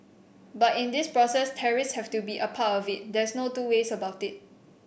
but in this process tariffs have to be part of it there's no two ways about it